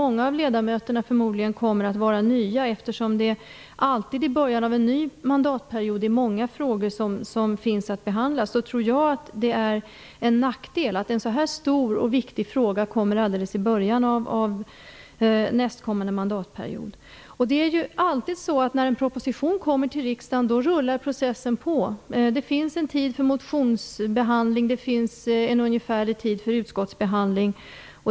Många av ledamöterna kommer förmodligen att vara nya, och eftersom det alltid i början av en ny mandatperiod är många frågor som finns att behandla tror jag att det är en nackdel att en sådan här stor och viktig fråga kommer alldeles i början av nästkommande mandatperiod. När en proposition kommer till riksdagen rullar processen på. Det finns en tid för motionsbehandling och det finns en ungefärlig tid för utskottsbehandling.